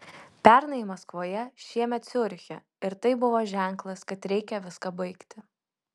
pernai maskvoje šiemet ciuriche ir tai buvo ženklas kad reikia viską baigti